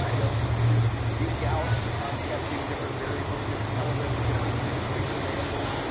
you know, just geek out on testing different variables, different elements, different persuasive angles,